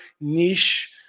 niche